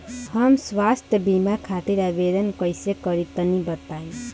हम स्वास्थ्य बीमा खातिर आवेदन कइसे करि तनि बताई?